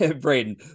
Braden